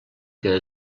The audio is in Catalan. que